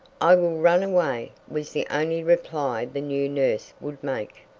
i will run away, was the only reply the new nurse would make.